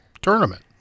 tournament